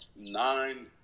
nine